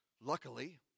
Luckily